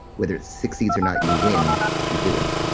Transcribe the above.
whether it's succeeds or not you win if you do it